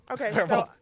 okay